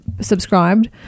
subscribed